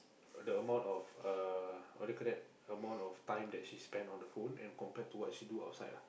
the amount of uh what do you call that the amount of time that she spend on the phone and compared to what she do outside lah